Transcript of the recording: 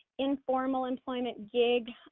informal employment, gig,